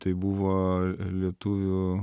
tai buvo lietuvių